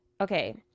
okay